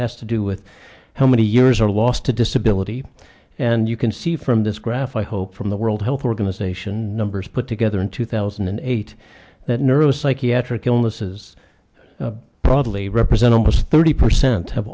has to do with how many years are lost to disability and you can see from this graph i hope from the world health organization numbers put together in two thousand and eight that neuro psychiatric illnesses probably represent almost thirty percent of